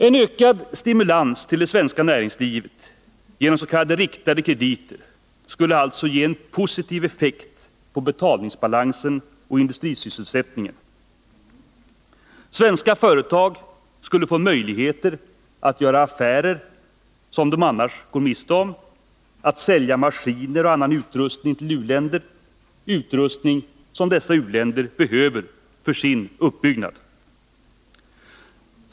En ökad stimulans till det svenska näringslivet genom ss.k. riktade krediter skulle alltså ge en positiv effekt på betalningsbalansen och industrisysselsättningen. Svenska företag skulle få möjligheter att göra affärer som de annars går miste om — att sälja maskiner och annan utrustning till u-länder, utrustning som dessa u-länder behöver för sin uppbyggnad.